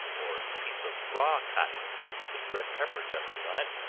or a piece of raw cotton with red pepper dusted on it,